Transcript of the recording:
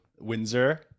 Windsor